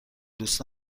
دوست